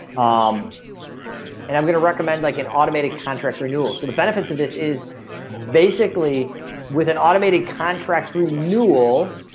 um and i'm gonna recommend like an automated contract renewal. so the benefits of this is basically with an automated contract renewal.